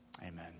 amen